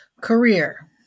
Career